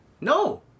No